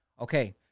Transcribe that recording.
Okay